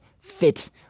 fit